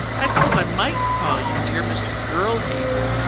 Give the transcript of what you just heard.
i suppose i might call you dear mr. girl-hater.